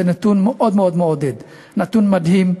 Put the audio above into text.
זה נתון מאוד מאוד מעודד, נתון מדהים,